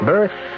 Birth